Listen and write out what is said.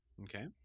Okay